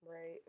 right